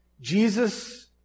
Jesus